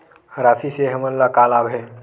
राशि से हमन ला का लाभ हे?